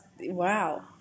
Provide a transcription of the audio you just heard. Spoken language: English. Wow